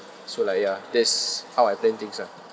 so like ya that's how I plan things ah